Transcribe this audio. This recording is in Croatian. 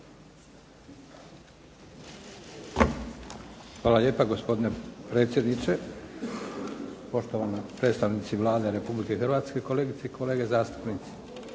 Hvala lijepa gospodine predsjedniče, poštovani predstavnici Vlade RH, kolegice i kolege zastupnici.